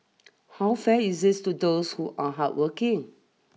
how fair is this to those who are hardworking